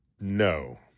No